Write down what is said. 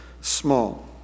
small